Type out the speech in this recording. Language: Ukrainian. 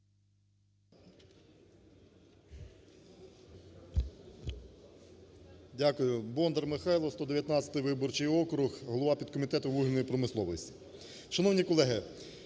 Дякую. Бондар Михайло, 119 виборчий округ, голова підкомітету вугільної промисловості. Шановні колеги,